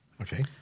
Okay